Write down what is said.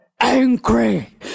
angry